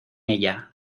ella